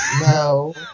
No